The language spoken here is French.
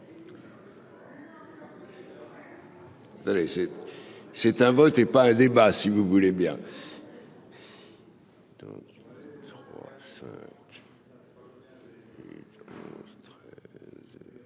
réussite, c'est un vote et pas un débat si vous voulez bien.